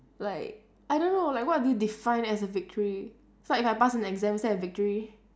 like I don't know like what do you define as a victory so if I pass an exam is that a victory